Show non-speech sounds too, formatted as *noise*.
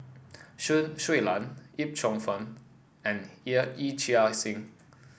*unintelligible* Shui Lan Yip Cheong Fun and *unintelligible* Yee Chia Hsing